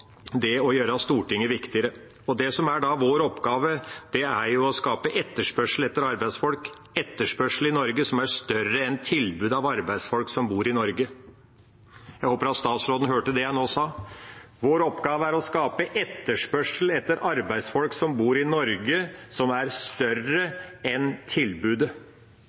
vår oppgave, er å skape etterspørsel etter arbeidsfolk, etterspørsel i Norge som er større enn tilbudet av arbeidsfolk som bor i Norge. Jeg håper at statsråden hørte det jeg nå sa. Vår oppgave er å skape etterspørsel etter arbeidsfolk som bor i Norge, som er større enn tilbudet.